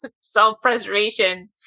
self-preservation